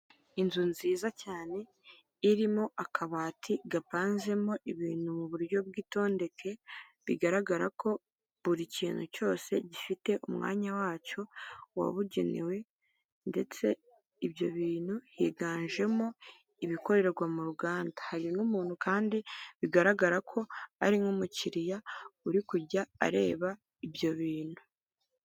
Inzu nziza cyane irimo akabati gapanzemo ibintu mu buryo bw'itondeke, bigaragara ko buri kintu cyose gifite umwanya wacyo wabugenewe, ndetse ibyo bintu higanjemo ibikorerwa mu ruganda. Hari n'umuntu kandi bigaragara ko ari nk'umukiriya uri kujya areba ibyo bintu.